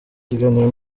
kiganiro